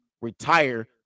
retire